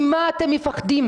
ממה אתם מפחדים?